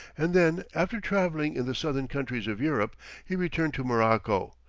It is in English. and then after travelling in the southern countries of europe he returned to morocco,